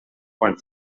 quan